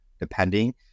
depending